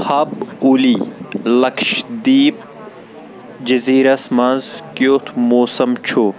ہَپ اوٗلی، لکشدیٖپ جزیٖرس منٛز کِیُتھ موسَم چھُ ؟